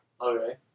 Okay